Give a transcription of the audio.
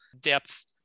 depth